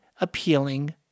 appealing